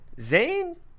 Zane